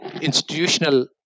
institutional